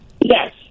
Yes